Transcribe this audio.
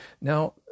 Now